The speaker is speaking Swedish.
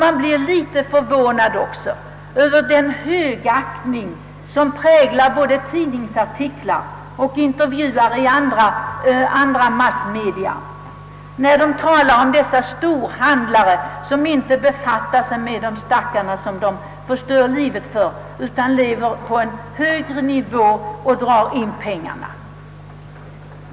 Det är också litet förvånande med den högaktning som präglar både tidningsartiklar och intervjuer i andra massmedia där det talas om dessa storhandlare vilka inte befattar sig med de stackare som de förstör livet för, utan som själva bara lever på hög nivå och tar in pengarna.